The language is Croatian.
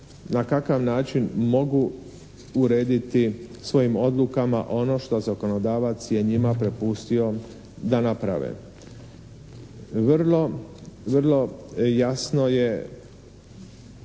na kakav način mogu urediti svojim odlukama ono što zakonodavac je njima prepustio da naprave. Vrlo jasno je